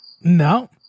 No